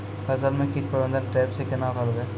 फसल म कीट प्रबंधन ट्रेप से केना करबै?